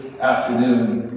afternoon